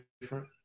different